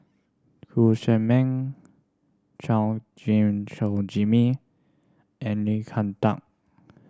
Chew Chor Meng Chua Gim Jimmy and Lim